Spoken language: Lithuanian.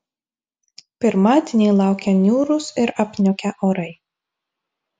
pirmadienį laukia niūrūs ir apniukę orai